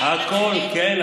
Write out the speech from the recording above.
הכול, כן.